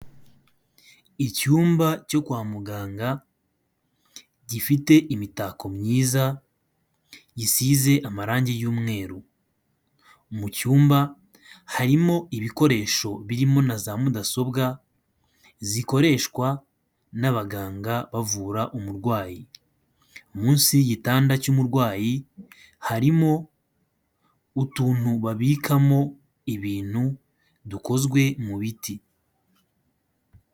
Icyumba cyo kwa muganga, gifite imitako myiza gisize amarangi y'umweru, mu cyumba harimo ibikoresho birimo na za mudasobwa, zikoreshwa n'abaganga bavura umurwayi, munsi y'igitanda cy'umurwayi harimo utuntu babikamo ibintu dukozwe mu biti.